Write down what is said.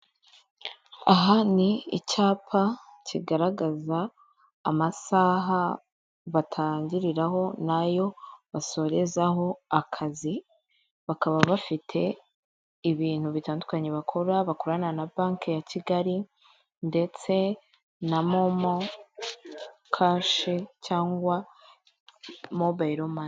Aha ni icyapa kigaragaza amasaha batangiriraho n'ayo basorezaho akazi, bakaba bafite ibintu bitandukanye bakora bakorana na banki ya Kigali ndetse na momo kashi cyangwa mobayiro mane.